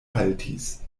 haltis